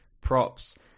props